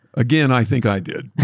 again, i think i did,